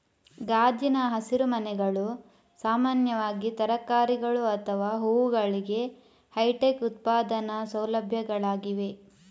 ಗಾಜಿನ ಹಸಿರುಮನೆಗಳು ಸಾಮಾನ್ಯವಾಗಿ ತರಕಾರಿಗಳು ಅಥವಾ ಹೂವುಗಳಿಗೆ ಹೈಟೆಕ್ ಉತ್ಪಾದನಾ ಸೌಲಭ್ಯಗಳಾಗಿವೆ